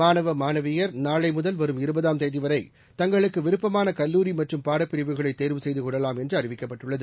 மாணவ மாணவியர் நாளை முதல் வரும் இருபதாம் தேதிவரை தங்களுக்கு விருப்பமான கல்லூரி மற்றும் பாடப்பிரிவுகளை தேர்வு செய்து கொள்ளலாம் என்று அறிவிக்கப்பட்டுள்ளது